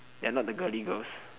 they are not the girly girls